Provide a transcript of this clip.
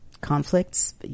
conflicts